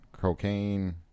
cocaine